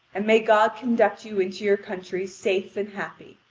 and may god conduct you into your countries safe and happy.